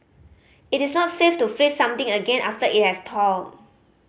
it is not safe to freeze something again after it has thawed